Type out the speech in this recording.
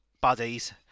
buddies